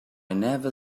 never